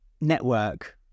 network